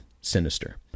sinister